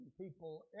people